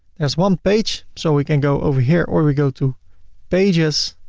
there's one page so we can go over here or we go to pages,